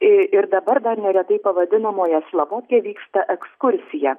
i ir dabar dar neretai pavadinamoje slabotkė vyksta ekskursija